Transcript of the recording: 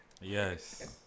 Yes